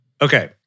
Okay